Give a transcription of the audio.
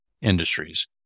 industries